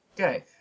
Okay